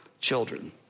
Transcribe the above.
children